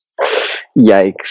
Yikes